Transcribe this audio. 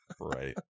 Right